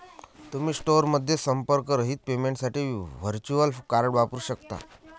तुम्ही स्टोअरमध्ये संपर्करहित पेमेंटसाठी व्हर्च्युअल कार्ड वापरू शकता